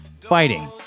fighting